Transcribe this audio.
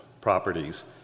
properties